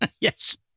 Yes